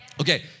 Okay